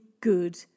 good